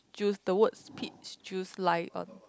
juice the words peach juice lie on